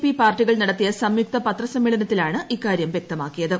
P പാർട്ടികൾ നടത്തിയ സ്റ്റ്യുക്ത പത്രസമ്മേളനത്തിലാണ് ഇക്കാരിച്ചു വ്യക്തമാക്കിയത്